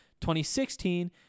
2016